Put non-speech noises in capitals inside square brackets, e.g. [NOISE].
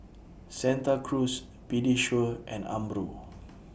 Santa Cruz Pediasure and Umbro [NOISE]